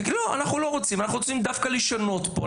ותגיד: "אנחנו לא רוצים; אנחנו רוצים דווקא לשנות פה",